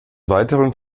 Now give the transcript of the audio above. weiteren